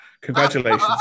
congratulations